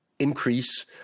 Increase